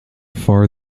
far